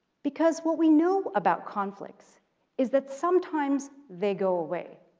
because what we know about conflicts is that sometimes they go away,